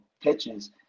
pitches